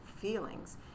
feelings